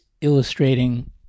illustrating